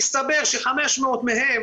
מסתבר ש-500 מהם